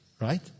Right